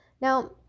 now